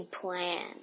plan